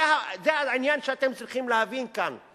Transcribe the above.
זה העניין שאתם צריכים להבין כאן.